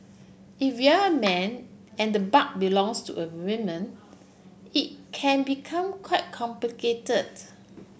if you're man and the butt belongs to a woman it can become quite complicated